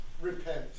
repent